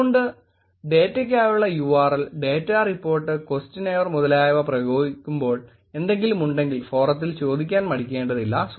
അതുകൊണ്ട് ഡേറ്റാക്കായുള്ള URL data report questionnaire മുതലായവ പ്രയോഗിക്കുമ്പോൾ എന്തെങ്കിലുമുണ്ടെങ്കിൽ ഫോറത്തിൽ ചോദിയ്ക്കാൻ മടിക്കേണ്ടതില്ല